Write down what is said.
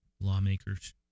lawmakers